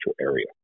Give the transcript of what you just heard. area